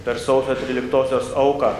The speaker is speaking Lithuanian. per sausio tryliktosios auką